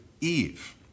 Eve